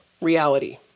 reality